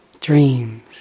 Dreams